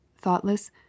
Thoughtless